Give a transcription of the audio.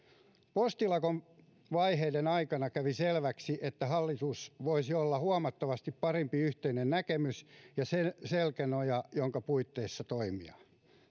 postilakon vaiheiden aikana kävi selväksi että hallituksella voisi olla huomattavasti parempi yhteinen näkemys ja selkänoja joiden puitteissa toimia